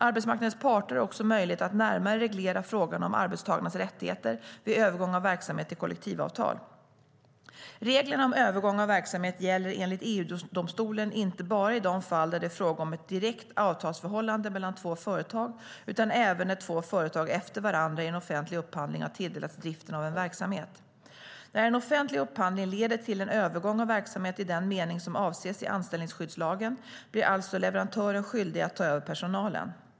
Arbetsmarknadens parter har också möjlighet att närmare reglera frågan om arbetstagarnas rättigheter vid övergång av verksamhet i kollektivavtal. Reglerna om övergång av verksamhet gäller enligt EU-domstolen inte bara i de fall där det är fråga om ett direkt avtalsförhållande mellan två företag utan även när två företag efter varandra i en offentlig upphandling har tilldelats driften av en verksamhet. När en offentlig upphandling leder till en övergång av verksamhet i den mening som avses i anställningsskyddslagen blir alltså leverantören skyldig att ta över personalen.